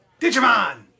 Digimon